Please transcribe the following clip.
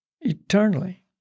eternally